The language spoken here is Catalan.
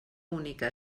única